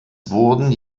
wurden